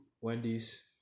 Wendy's